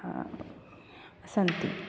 सन्ति